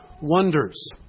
Wonders